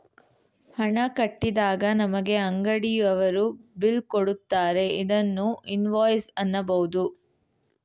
ಹಣ ಕಟ್ಟಿದಾಗ ನಮಗೆ ಅಂಗಡಿಯವರು ಬಿಲ್ ಕೊಡುತ್ತಾರೆ ಇದನ್ನು ಇನ್ವಾಯ್ಸ್ ಅನ್ನಬೋದು